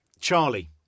Charlie